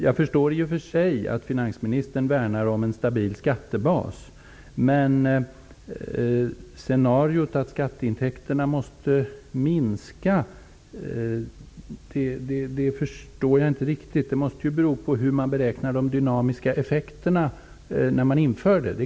Jag förstår i och för sig att finansministern värnar om en stabil skattebas. Men scenariot att skatteintäkterna måste minska förstår jag inte riktigt. Det måste ju bero på hur man beräknar de dynamiska effekterna när man inför skatterna.